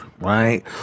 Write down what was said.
right